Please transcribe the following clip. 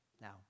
Now